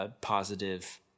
positive